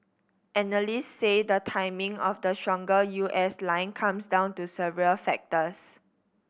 analyst say the timing of the stronger U S line comes down to several factors